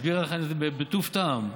היא הסבירה לך בטוב טעם,